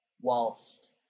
Whilst